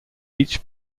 each